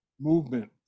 movement